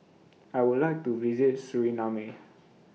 I Would like to visit Suriname